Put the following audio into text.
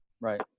right